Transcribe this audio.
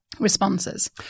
responses